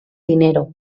dinero